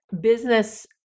business